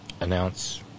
announce